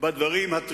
זה לא מעניין.